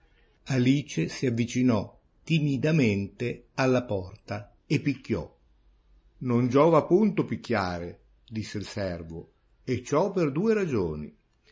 alice si avvicinò timidamente alla porta e picchiò non giova punto picchiare disse il servo e ciò per due ragioni